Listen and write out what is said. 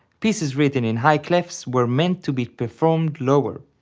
pieces written in high clefs were meant to be performed lower,